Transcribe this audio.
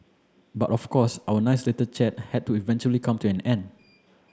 but of course our nice little chat had to eventually come to an end